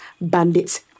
bandits